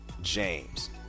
James